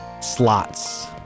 slots